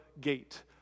gate